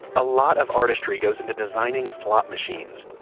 a lot of artistry goes into designing slot machines,